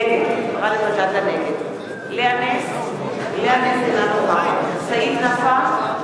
נגד לאה נס, אינה נוכחת סעיד נפאע,